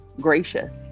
gracious